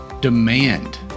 Demand